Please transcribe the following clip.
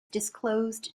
disclosed